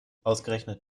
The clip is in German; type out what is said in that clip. ausgerechnet